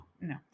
No